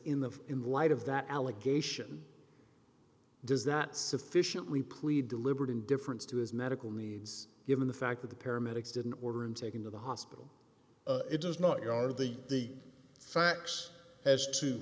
in the in light of that allegation does not sufficiently plead deliberate indifference to his medical needs given the fact that the paramedics didn't order and take him to the hospital it does not go to the facts as to